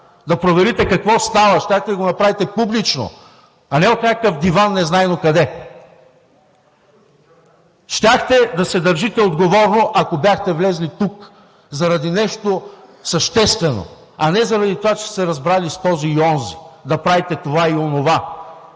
да проверите какво става, щяхте да го направите публично, а не от някакъв диван незнайно къде. Щяхте да се държите отговорно, ако бяхте влезли тук заради нещо съществено, а не заради това, че сте се разбрали с този и онзи да правите това и онова,